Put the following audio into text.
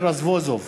יואל רזבוזוב,